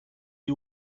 you